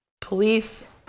police